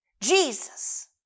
Jesus